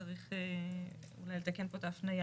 צריך אולי לתקן פה את ההפניה.